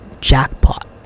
jackpot